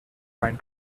pine